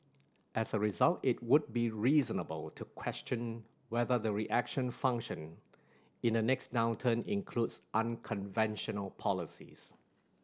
as a result it would be reasonable to question whether the reaction function in the next downturn includes unconventional policies